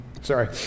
Sorry